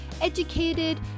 educated